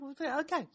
Okay